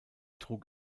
trug